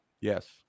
yes